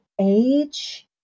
age